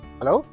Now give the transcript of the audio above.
Hello